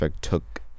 took